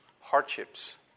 hardships